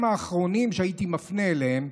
הם האחרונים שהייתי מפנה אליהם.